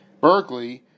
Berkeley